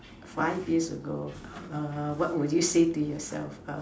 five years ago err what would you say to yourself uh